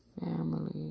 family